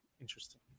Interesting